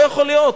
לא יכול להיות.